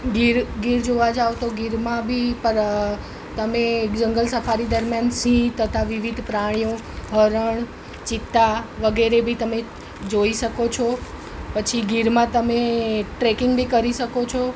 ગીર ગીર જોવા જાઓ તો ગીરમાં બી પર તમે જંગલ સફારી દરમિયાન સિંહ તથા વિવિધ પ્રાણીઓ હરણ ચિત્તા વગેરે બી તમે જોઈ શકો છો પછી ગીરમાં તમે ટ્રેકિંગ બી કરી શકો છો